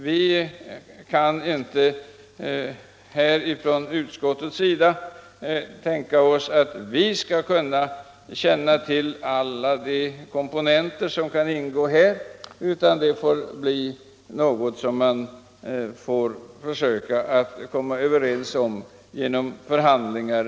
Vi kan inte från utskottets sida känna till alla de komponenter som ingår, utan de inblandade parterna får försöka komma överens genom förhandlingar.